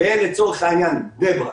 לצורך העניין בבני ברק,